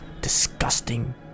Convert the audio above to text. disgusting